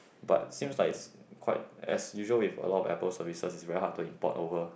but seems like quite as usual with a lot of Apple services are very hard to import over